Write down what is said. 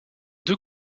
deux